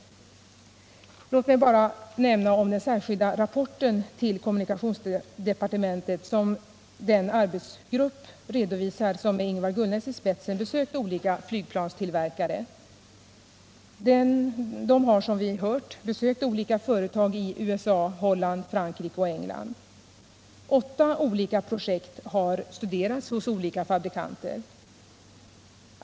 Låt mig bara nämna den särskilda rapport till kommunikationsdepartementet som den arbetsgrupp redovisar som med Ingvar Gullnäs i spetsen besökt olika flygplanstillverkare. Arbetsgruppen har som vi har hört besökt olika företag i USA, Holland, Frankrike och England. Åtta olika projekt har studerats hos olika fabrikanter.